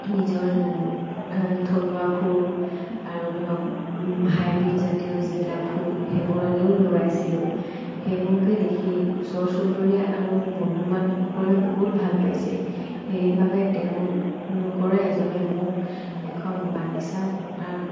নিজৰ থলুৱা ফুল আৰু ধৰক হাইব্ৰীডজাতীয় যিবিলাক ফুল সেইবোৰ আনিও লগাইছিলোঁ সেইবোৰকে দেখি ওচৰ চুবুৰীয়া আৰু মোৰ বন্ধু বান্ধৱসকলে বহুত ভাল পাইছিল সেইবাবে তেওঁলোকৰে এজনে মোক এখন বাগিচা পতাৰ